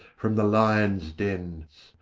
from the lions' dens,